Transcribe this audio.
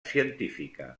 científica